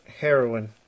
Heroin